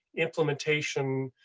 implementation,